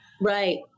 Right